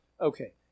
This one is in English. Okay